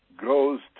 goes